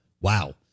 wow